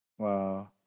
wow